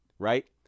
Right